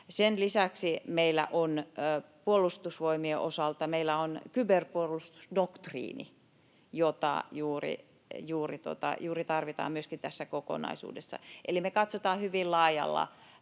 Sen lisäksi meillä on Puolustusvoimien osalta kyberpuolustusdoktriini, jota tarvitaan myöskin juuri tässä kokonaisuudessa. Eli me katsotaan hyvin laajalla